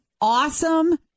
awesome